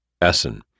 Essen